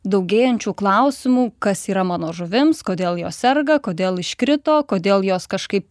daugėjančių klausimų kas yra mano žuvims kodėl jos serga kodėl iškrito kodėl jos kažkaip